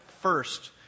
first